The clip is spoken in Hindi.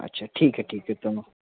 अच्छा ठीक है ठीक है तो